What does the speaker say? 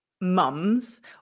mums